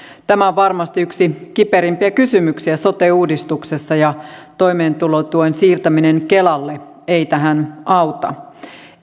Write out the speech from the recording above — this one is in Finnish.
tämä on varmasti yksi kiperimpiä kysymyksiä sote uudistuksessa ja toimeentulotuen siirtäminen kelalle ei tähän auta